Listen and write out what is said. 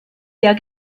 der